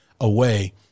away